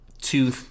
two